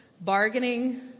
bargaining